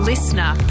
Listener